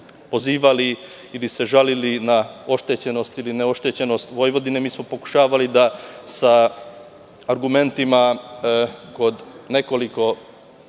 pozivali ili žalili na oštećenost ili neoštećenost Vojvodine. Mi smo pokušavali da sa argumentima u nekoliko